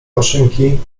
maszynki